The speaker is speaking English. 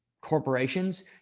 corporations